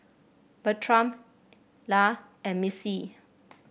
Bertram Illa and Missie